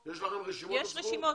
אמת, אחת ולתמיד.